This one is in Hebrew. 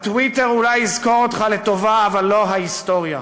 הטוויטר אולי יזכור אותך לטובה, אבל לא ההיסטוריה.